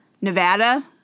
Nevada